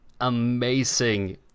amazing